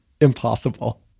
Impossible